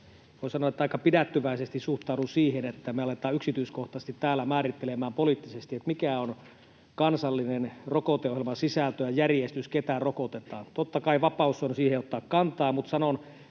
voin sanoa, että aika pidättyväisesti suhtaudun siihen, että me aletaan yksityiskohtaisesti täällä määrittelemään poliittisesti, mikä on kansallisen rokoteohjelman sisältö ja järjestys, ketä rokotetaan. Totta kai siihen on vapaus ottaa kantaa, mutta sanon